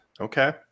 Okay